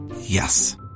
Yes